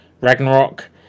Ragnarok